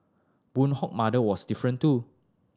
Boon Hock mother was different too